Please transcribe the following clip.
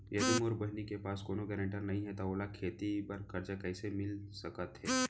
यदि मोर बहिनी के पास कोनो गरेंटेटर नई हे त ओला खेती बर कर्जा कईसे मिल सकत हे?